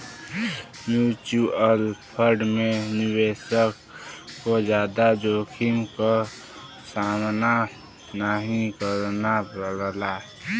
mutual fund में निवेशक को जादा जोखिम क सामना नाहीं करना पड़ला